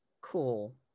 Cool